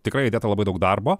tikrai įdėta labai daug darbo